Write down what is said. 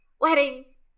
Weddings